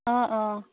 অঁ অঁ